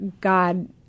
God